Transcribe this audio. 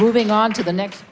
moving on to the next